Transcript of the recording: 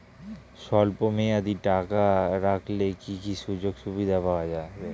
স্বল্পমেয়াদী টাকা রাখলে কি কি সুযোগ সুবিধা পাওয়া যাবে?